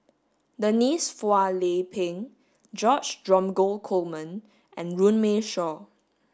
Denise Phua Lay Peng George Dromgold Coleman and Runme Shaw